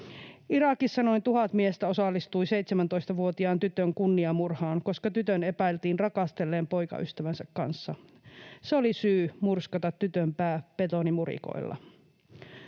Irakissa noin 1 000 miestä osallistui 17-vuotiaan tytön kunniamurhaan, koska tytön epäiltiin rakastelleen poikaystävänsä kanssa. Se oli syy murskata tytön pää betonimurikoilla.”